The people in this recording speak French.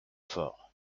fort